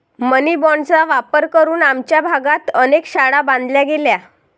मनी बाँडचा वापर करून आमच्या भागात अनेक शाळा बांधल्या गेल्या